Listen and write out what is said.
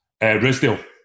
Risdale